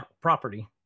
property